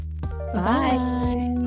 Bye